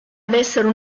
avessero